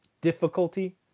difficulty